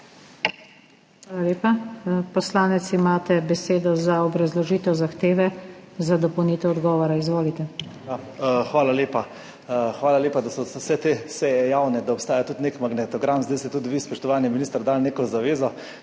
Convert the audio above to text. Hvala lepa. Poslanec, imate besedo za obrazložitev zahteve za dopolnitev odgovora. Izvolite. ALEKSANDER REBERŠEK (PS NSi): Hvala lepa. Hvala lepa, da so vse te seje javne, da obstaja tudi nek magnetogram. Zdaj ste tudi vi, spoštovani minister, dali neko zavezo,